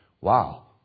wow